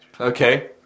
Okay